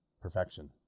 perfection